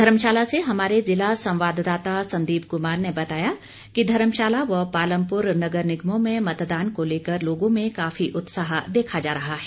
धर्मशाला से हमारे जिला संवाददाता संदीप कुमार ने बताया कि धर्मशाला व पालमपुर नगर निगमों में मतदान को लेकर लोगों में काफी उत्साह देखा जा रहा है